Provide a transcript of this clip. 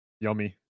Yummy